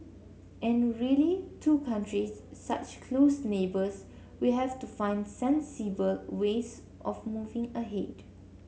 and really two countries such close neighbours we have to find sensible ways of moving ahead